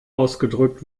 ausgedrückt